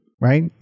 right